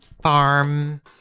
farm